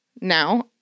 now